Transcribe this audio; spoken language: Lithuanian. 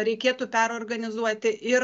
reikėtų perorganizuoti ir